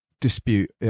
dispute